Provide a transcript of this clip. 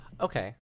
Okay